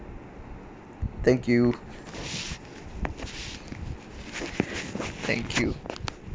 thank you thank you